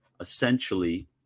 essentially